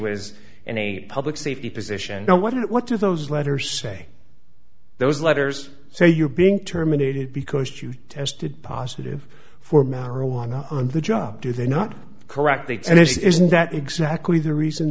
was in a public safety position now what do those letters say those letters say you're being terminated because you tested positive for marijuana on the job do they not correctly and isn't that exactly the reason